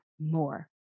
more